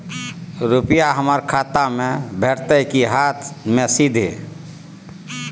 रुपिया हमर खाता में भेटतै कि हाँथ मे सीधे?